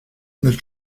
nel